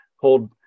hold